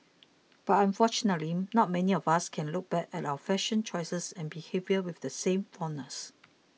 but unfortunately not many of us can look back at our fashion choices and behaviour with the same fondness